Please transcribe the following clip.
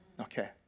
Okay